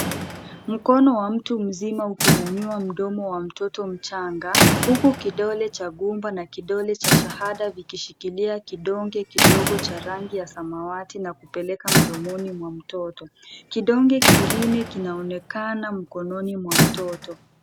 Mkono wa mtu mzima ukinyanyua mdomo wa mtoto mchanga huku kidole cha gumba na kidole cha shahada zikishikilia kidonge kidogo cha rangi ya samawati na kupeleka mdomoni mwa mtoto. Kidonge kingine kinaonekana mkononi mwa mtoto.